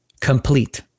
Complete